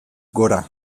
gora